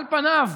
על פניו,